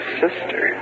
sister